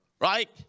Right